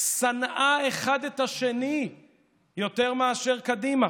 שנאה אחד את השני יותר מאשר קדימה,